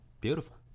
beautiful